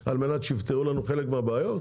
כסף על מנת שיפתרו לנו חלק מהבעיות?